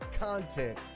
content